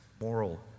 moral